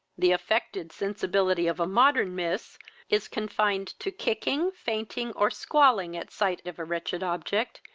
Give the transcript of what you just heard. the affected sensibility of a modern miss is confined to kicking, fainting, or squalling at sight of a wretched object,